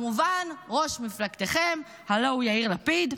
כמובן, ראש מפלגתכם, הלוא הוא יאיר לפיד.